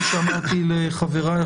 כפי שאמרתי לחבריי,